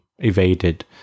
evaded